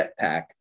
jetpack